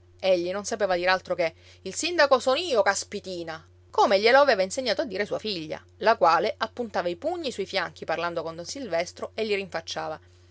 egli non sapeva dir altro che il sindaco son io caspitina come glielo aveva insegnato a dire sua figlia la quale appuntava i pugni sui fianchi parlando con don silvestro e gli rinfacciava